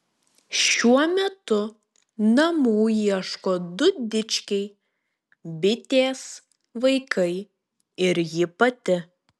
šiuo metu namų ieško du dičkiai bitės vaikai ir ji pati